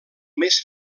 més